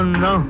no